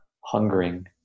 hungering